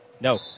No